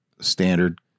standard